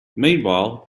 meanwhile